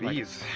yeez,